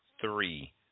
Three